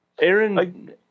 Aaron